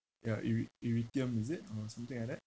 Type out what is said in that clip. ya ere~ eretheum is it or something like that